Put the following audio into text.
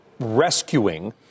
rescuing